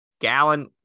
gallon